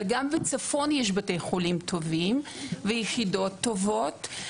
אבל גם בצפון יש בתי חולים טובים ויחידות טובות,